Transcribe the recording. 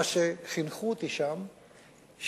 מה שחינכו אותי שם,